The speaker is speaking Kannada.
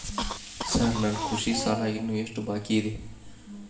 ಸಾರ್ ನನ್ನ ಕೃಷಿ ಸಾಲ ಇನ್ನು ಎಷ್ಟು ಬಾಕಿಯಿದೆ?